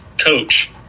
coach